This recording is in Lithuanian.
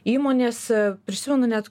įmonės prisimenu net